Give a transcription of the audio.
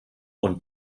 und